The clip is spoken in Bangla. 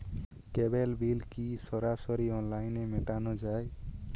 কেবল বিল কি সরাসরি অনলাইনে মেটানো য়ায়?